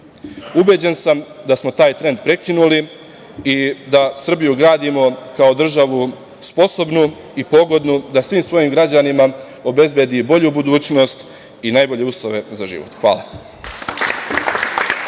države. Ubeđen sam da smo taj trend prekinuli i da Srbiju gradimo kao državu sposobnu i pogodnu da svim svojim građanima obezbedi bolju budućnost i najbolje uslove za život. Hvala.